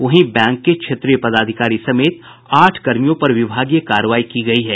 वहीं बैंक के क्षेत्रीय पदाधिकारी समेत आठ कर्मियों पर विभागीय कार्रवाई की गयी है